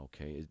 Okay